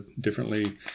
differently